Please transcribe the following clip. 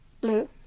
Blue